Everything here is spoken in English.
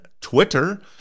Twitter